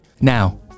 Now